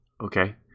Okay